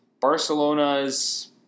Barcelona's